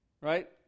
right